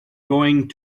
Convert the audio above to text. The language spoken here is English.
going